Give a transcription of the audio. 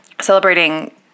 celebrating